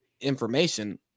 information